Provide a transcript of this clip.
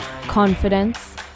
confidence